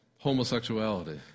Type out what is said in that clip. homosexuality